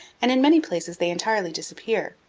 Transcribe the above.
and in many places they entirely disappear.